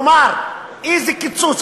כלומר, איזה קיצוץ.